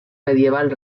medieval